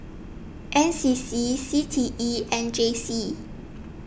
N C C C T E and J C